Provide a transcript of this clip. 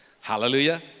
Hallelujah